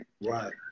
right